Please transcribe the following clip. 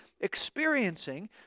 experiencing